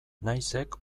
naizek